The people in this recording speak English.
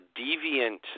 deviant